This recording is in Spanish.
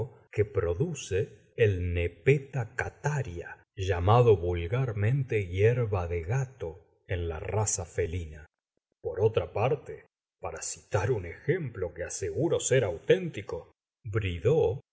que produce el cnepeta cataría llamado vulgarmente hierba de gato en la raza felina por otra parte para citar un jem plo que aseguro ser auténtico